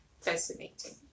fascinating